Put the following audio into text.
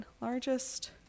Largest